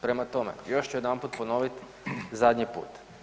Prema tome, još ću jedanput ponoviti zadnji put.